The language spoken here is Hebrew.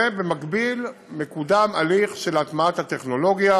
ובמקביל מקודם הליך של הטמעת הטכנולוגיה,